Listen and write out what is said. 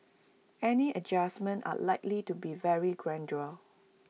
any adjustments are likely to be very gradual